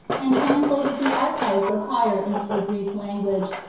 and translated the archives of tyre into the greek language,